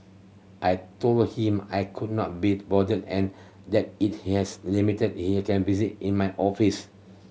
I told him I could not be bothered and that if he has limited he can visit in my office